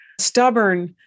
stubborn